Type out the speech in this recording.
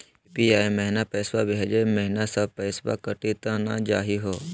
UPI महिना पैसवा भेजै महिना सब पैसवा कटी त नै जाही हो?